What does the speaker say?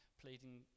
pleading